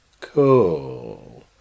cool